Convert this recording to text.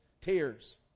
tears